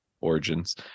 Origins